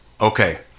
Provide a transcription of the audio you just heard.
Okay